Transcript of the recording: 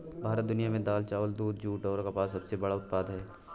भारत दुनिया में दाल, चावल, दूध, जूट और कपास का सबसे बड़ा उत्पादक है